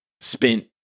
spent